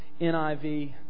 NIV